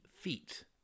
feet